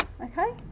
Okay